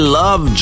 love